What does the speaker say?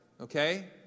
Okay